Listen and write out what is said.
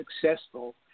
successful